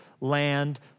land